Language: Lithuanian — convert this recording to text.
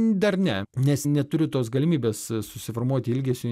dar ne nes neturiu tos galimybės susiformuoti ilgesiui